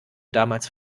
damals